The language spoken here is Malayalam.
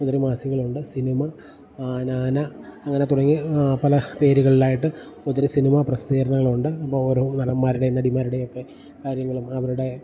ഒത്തിരി മാസികകളുണ്ട് സിനിമ നാന അങ്ങനെ തുടങ്ങി പല പേരുകളിലായിട്ട് ഒത്തിരി സിനിമ പ്രസിദ്ധീകരണങ്ങൾ ഉണ്ട് അപ്പം ഓരോ നടന്മാരുടെ നടിമാരുടെയൊക്കെ കാര്യങ്ങളും അവരുടെ